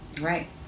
Right